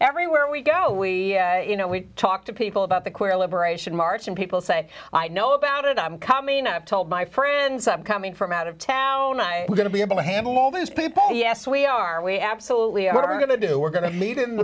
everywhere we go we you know we talk to people about the queer liberation march and people say i know about it i'm coming up told my friends i'm coming from out of town i am going to be able to handle all these people yes we are we absolutely are going to do we're going to lead in